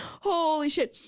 holy shit,